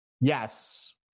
Yes